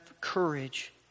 courage